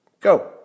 Go